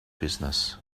business